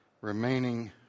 remaining